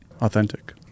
authentic